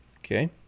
Okay